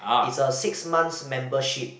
it's a six months membership